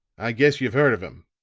i guess you've heard of him.